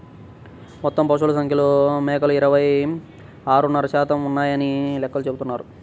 మొత్తం పశువుల సంఖ్యలో మేకలు ఇరవై ఆరున్నర శాతం ఉన్నాయని లెక్కలు చెబుతున్నాయి